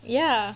ya